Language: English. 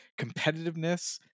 competitiveness